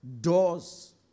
Doors